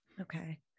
Okay